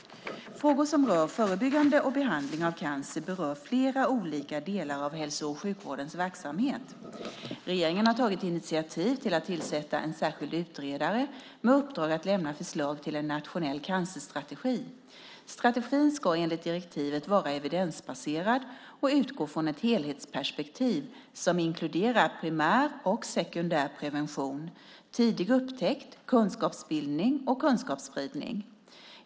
Frågor som rör förebyggande och behandling av cancer berör flera olika delar av hälso och sjukvårdens verksamhet. Regeringen har tagit initiativ till att tillsätta en särskild utredare med uppdrag att lämna förslag till en nationell cancerstrategi. Strategin ska enligt direktivet vara evidensbaserad och utgå från ett helhetsperspektiv som inkluderar primär och sekundär prevention, tidig upptäckt, kunskapsbildning och kunskapsspridning.